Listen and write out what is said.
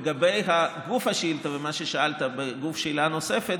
לגבי גוף השאילתה ומה ששאלת בגוף השאלה הנוספת,